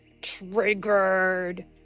triggered